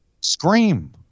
Scream